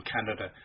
Canada